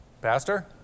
Pastor